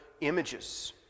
images